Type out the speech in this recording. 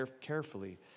carefully